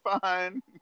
fun